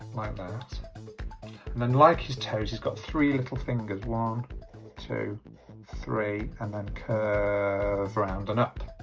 that and then like his toes he's got three little fingers one um two three and then curve round and up